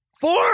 Four